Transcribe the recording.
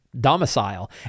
domicile